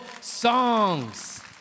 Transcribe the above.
songs